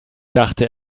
dachte